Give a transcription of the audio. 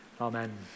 Amen